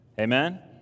Amen